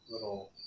little